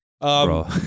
Bro